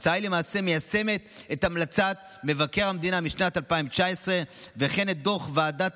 ההצעה למעשה מיישמת את המלצת מבקר המדינה משנת 2019 וכן את דוח ועדת